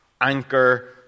anchor